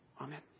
Amen